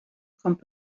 kommt